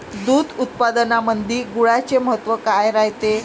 दूध उत्पादनामंदी गुळाचे महत्व काय रायते?